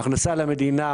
הכנסה למדינה,